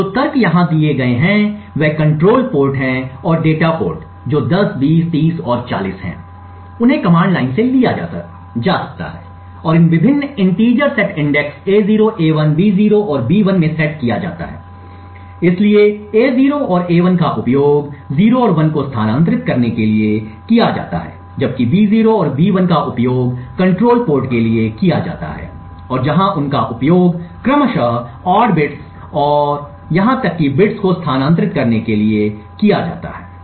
तो जो तर्क यहां दिए गए हैं वे नियंत्रण पोर्ट हैं और डेटा पोर्ट जो 10 20 30 और 40 हैं उन्हें कमांड लाइन से लिया जाता है और इन विभिन्न integer set index A0 A1 B0 और B1 में सेट किया जाता है इसलिए A0 और A1 का उपयोग 0 और 1 को स्थानांतरित करने के लिए किया जाता है जबकि B0 और B1 का उपयोग नियंत्रण पोर्ट के लिए किया जाता है और जहां उनका उपयोग क्रमशः विषम बिट्स और यहां तक कि बिट्स को स्थानांतरित करने के लिए किया जाता है